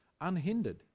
unhindered